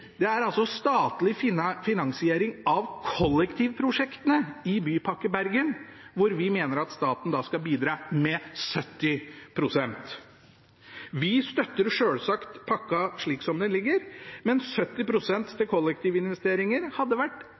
Det er i forbindelse med den statlige finansieringen av kollektivprosjektene i Bypakke Bergen vi mener at staten skal bidra med 70 pst. Vi støtter selvsagt pakken slik den foreligger, men 70 pst. til kollektivinvesteringer hadde vært